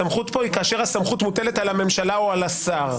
הסמכות פה היא כאשר היא מוטלת על הממשלה או השר.